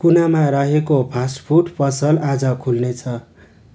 कुनामा रहेको fast food पसल आज खुल्नेछ